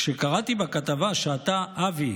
כשקראתי בכתבה שאתה, אבי,